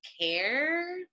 care